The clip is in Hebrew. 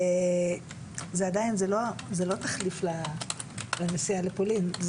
עדיין זה לא תחליף לנסיעה לפולין.